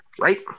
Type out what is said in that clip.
Right